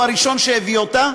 הוא הראשון שהביא אותה,